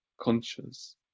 conscious